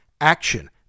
action